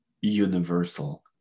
universal